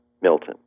Milton